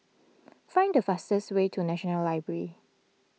find the fastest way to National Library